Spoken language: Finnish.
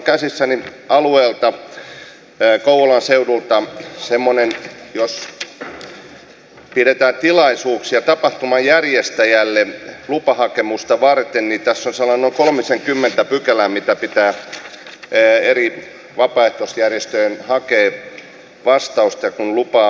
minulla on käsissäni kouvolan seudulta semmoinen että jos pidetään tilaisuuksia niin tapahtuman järjestäjälle lupahakemusta varten on sellainen noin kolmisenkymmentä pykälää mihin pitää eri vapaaehtoisjärjestöjen hakea vastausta kun lupaa myönnetään